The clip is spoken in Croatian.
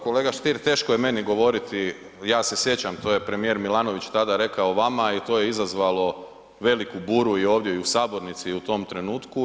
Kolega Stier teško je meni govoriti, ja se sjećam, to je premijer Milanović tada rekao vama i to je izazvalo veliku buru i ovdje i u sabornici u tom trenutku.